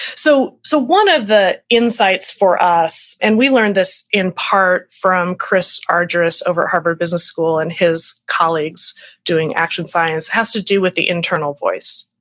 so so, one of the insights for us, and we learned this in part from chris argyris over at harvard business school and his colleagues doing action science, has to do with the internal voice.